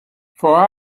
for